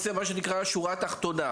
השורה התחתונה.